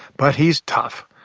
but he's tough.